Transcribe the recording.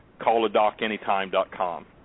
calladocanytime.com